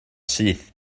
syth